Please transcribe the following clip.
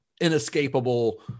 inescapable